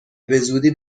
بزودی